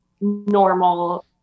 normal